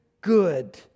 good